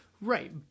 Right